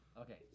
Okay